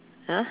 !huh!